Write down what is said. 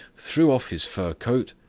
threw off his fur coat,